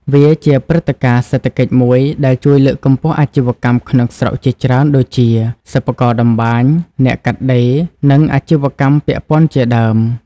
វាជាព្រឹត្តិការណ៍សេដ្ឋកិច្ចមួយដែលជួយលើកកម្ពស់អាជីវកម្មក្នុងស្រុកជាច្រើនដូចជា សិប្បករតម្បាញ អ្នកកាត់ដេរ និងអាជីវកម្មពាក់ព័ន្ធជាដើម។